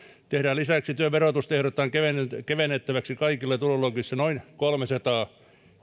lisäksi työn verotusta ehdotetaan kevennettäväksi kaikissa tuloluokissa noin kolmesataa